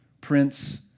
Prince